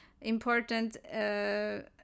important